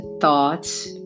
thoughts